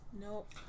Nope